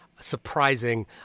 surprising